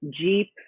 Jeep